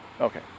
okay